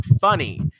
funny